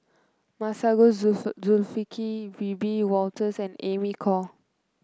Masagos Zulkifli Wiebe Wolters and Amy Khor